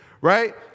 right